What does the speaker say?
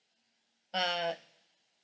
err